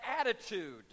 attitude